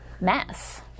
mess